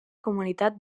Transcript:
comunitat